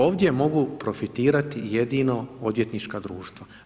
Ovdje mogu profitirati jedino odvjetnička društva.